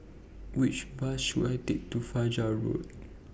Which Bus should I Take to Fajar Road